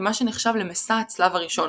במה שנחשב למסע הצלב הראשון,